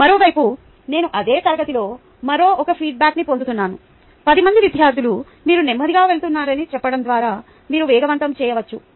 మరోవైపు నేను అదే తరగతిలో మరో ఒక ఫీడ్బ్యాక్న్ని పొందుతున్నాను 10 మంది విద్యార్థులు మీరు నెమ్మదిగా వెళుతున్నారని చెప్పడం ద్వారా మీరు వేగవంతం చేయవచ్చు